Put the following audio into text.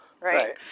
right